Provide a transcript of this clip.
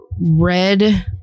red